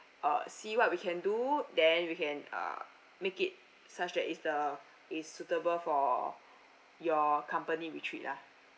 uh see what we can do then we can uh make it such that is the is suitable for your company retreat lah